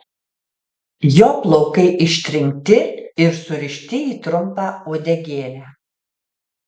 jo plaukai ištrinkti ir surišti į trumpą uodegėlę